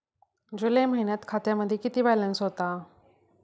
जुलै महिन्यात खात्यामध्ये किती बॅलन्स होता?